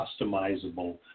customizable